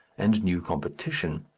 and new competition.